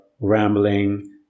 rambling